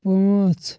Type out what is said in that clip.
پانٛژھ